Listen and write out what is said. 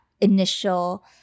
initial